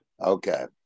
okay